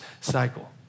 cycle